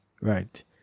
right